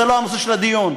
זה לא נושא הדיון.